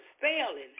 failing